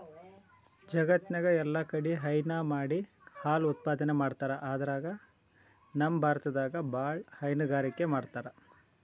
ಜಗತ್ತ್ನಾಗ್ ಎಲ್ಲಾಕಡಿ ಹೈನಾ ಮಾಡಿ ಹಾಲ್ ಉತ್ಪಾದನೆ ಮಾಡ್ತರ್ ಅದ್ರಾಗ್ ನಮ್ ಭಾರತದಾಗ್ ಭಾಳ್ ಹೈನುಗಾರಿಕೆ ಮಾಡ್ತರ್